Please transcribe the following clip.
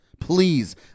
please